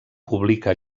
publica